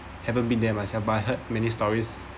haven't been there myself but I heard many stories